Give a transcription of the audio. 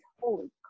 Holy